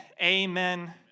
Amen